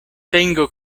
tengo